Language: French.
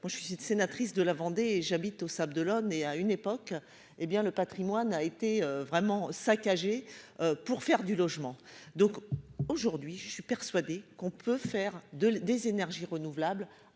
moi je suis sénatrice de la Vendée, et j'habite aux sables d'Olonne et à une époque, hé bien le Patrimoine a été vraiment saccagé pour faire du logement, donc aujourd'hui, je suis persuadé qu'on peut faire de des énergies renouvelables